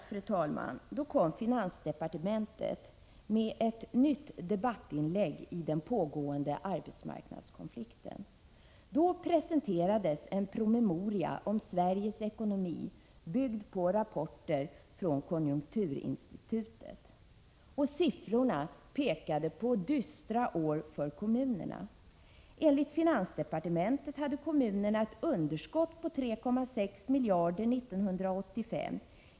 I fredags gjorde finansdepartementet ett nytt debattinlägg avseende den pågående arbetsmarknadskonflikten. Då presenterades en promemoria om Sveriges ekonomi, byggd på rapporter från konjunkturinstitutet. Siffrorna pekar på dystra år för kommunerna. Enligt finansdepartementet hade kommunerna ett underskott på 3,6 miljarder år 1985.